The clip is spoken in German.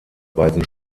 weisen